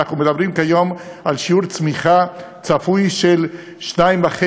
ואנחנו מדברים כיום על שיעור צמיחה צפוי של 2.5%,